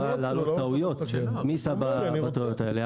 מי יישא בטעויות האלה?